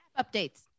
Updates